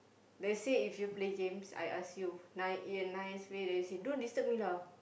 let's say if you play games I ask you nice in a nice way then you say don't disturb me lah